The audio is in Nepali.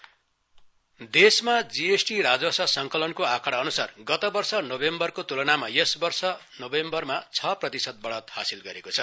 जीएसटी देशमा जीएसटी राजस्व संकलनको आँकडाअन्सार गत वर्ष नोभेम्बरको त्लनामा यस वर्ष नोभेम्बरमा छ प्रतिशत बढत हासिल गरेको छ